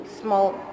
small